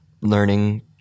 learning